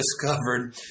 discovered